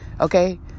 okay